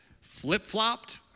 flip-flopped